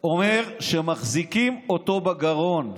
אומר שמחזיקים אותו בגרון,